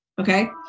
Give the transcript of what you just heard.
Okay